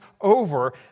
over